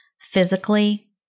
physically